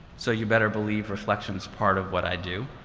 so you better believe reflection is part of what i do,